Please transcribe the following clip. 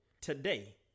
today